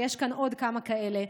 ויש כאן עוד כמה כאלה,